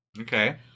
Okay